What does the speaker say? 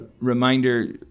reminder